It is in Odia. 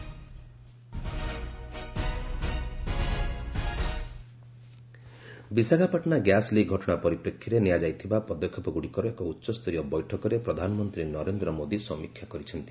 PM Visakhapatnam Visakhapatnam gas leak ଘଟଣା ପରିପ୍ରେକ୍ଷୀରେ ନିଆଯାଇଥିବା ପଦକ୍ଷେପଗ୍ରଡ଼ିକର ଏକ ଉଚ୍ଚସ୍ତରୀୟ ବୈଠକରେ ପ୍ରଧାନମନ୍ତ୍ରୀ ନରେନ୍ଦ୍ ମୋଦୀ ସମୀକ୍ଷା କରିଛନ୍ତି